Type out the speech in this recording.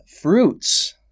Fruits